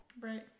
right